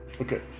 Okay